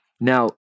Now